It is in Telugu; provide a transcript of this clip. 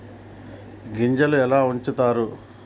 గింజలు ఎలా ఉంచుతారు?